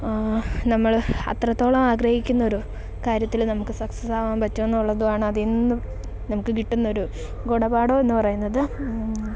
നമ്മൾ അത്രത്തോളം ആഗ്രഹിക്കുന്നൊരു കാര്യത്തിൽ നമുക്ക് സക്സസാകാൻ പറ്റുമെന്നുള്ളതുമാണതീന്ന് നമുക്ക് കിട്ടുന്നൊരു ഗുണപാഠം എന്നു പറയുന്നത്